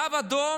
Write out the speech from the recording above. קו אדום,